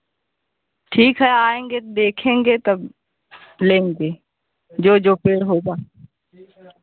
ठीक है आएँगे देखेंगे तब लेंगे जो जो पेड़ होगा